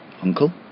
uncle